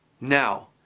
Now